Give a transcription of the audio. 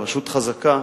ברשות חזקה,